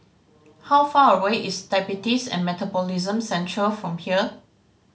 how far away is Diabetes and Metabolism Centre from here